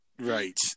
Right